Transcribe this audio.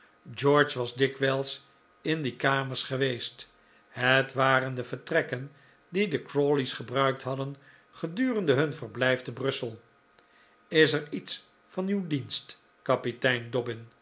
george was dikwijls in die kamers geweest het waren de vertrekken die de crawleys gebruikt hadden gedurende hun verblijf te brussel is er iets van uw dienst kapitein